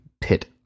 pit